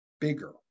bigger